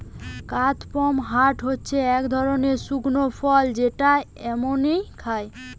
কাদপমহাট হচ্ছে এক ধরনের শুকনো ফল যেটা এমনই খায়